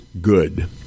good